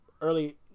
early